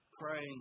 praying